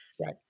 Right